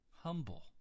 humble